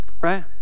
right